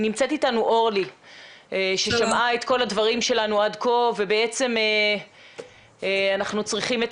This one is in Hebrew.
נמצאת איתנו אורלי ששמעה את כל הדברים שלנו עד כה ואנחנו צריכים את